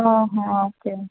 ఆహా ఓకే